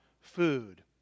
food